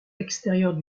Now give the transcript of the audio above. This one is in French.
extérieure